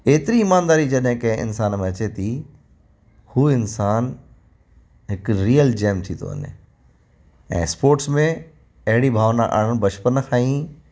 एतिरी ईमानदारी जॾहिं कंहिं इंसान में अचे थी हू इंसान हिकु रीयल जेम थी थो वञे ऐं स्पॉट्स में अहिड़ी भावना आणण बचपन खां ई